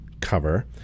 cover